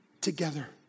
Together